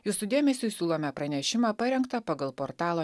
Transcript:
jūsų dėmesiui siūlome pranešimą parengtą pagal portalo